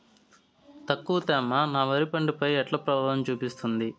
తక్కువ తేమ నా వరి పంట పై ఎట్లా ప్రభావం చూపిస్తుంది?